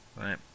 Right